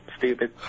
stupid